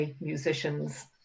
musicians